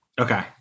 Okay